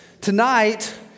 Tonight